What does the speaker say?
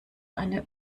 eine